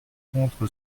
contre